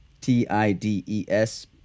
T-I-D-E-S